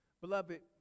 Beloved